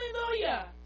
Hallelujah